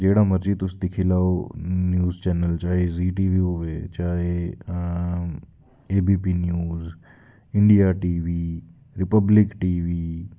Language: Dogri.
जेह्ड़ा मर्जी तुस दिक्खी लैओ न्यूज चैनल चाहे जी टी वी होवै चाहे A B P news India TV Republic T V